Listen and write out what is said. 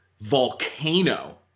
volcano